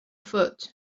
foot